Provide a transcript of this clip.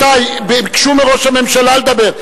רבותי, ביקשו מראש הממשלה לדבר.